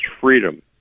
freedom